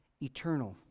eternal